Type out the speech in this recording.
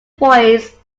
voice